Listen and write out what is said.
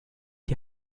die